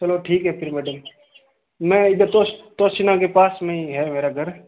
चलो ठीक है फिर मैडम मैं इधर तोश तोशीना के पास में ही है मेरा घर